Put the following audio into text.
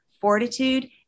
fortitude